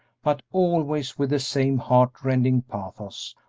but always with the same heart-rending pathos,